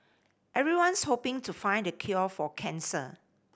everyone's hoping to find the cure for cancer